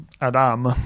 Adam